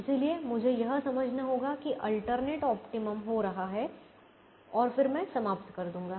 इसलिए मुझे यह समझना होगा कि अल्टरनेट ऑप्टिमम हो रहा है और फिर मैं समाप्त कर दूंगा